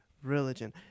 Religion